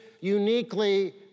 uniquely